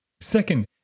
Second